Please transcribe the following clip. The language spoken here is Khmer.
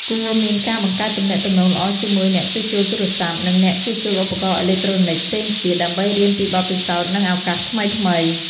គួរមានការបង្កើតទំនាក់ទំនងល្អជាមួយអ្នកជួសជុលទូរស័ព្ទ និងអ្នកជួសជុលឧបករណ៍អេឡិចត្រូនិចផ្សេងទៀត ដើម្បីរៀនពីបទពិសោធន៍ និងឱកាសថ្មីៗ។